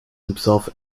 himself